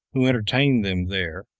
who entertained them there,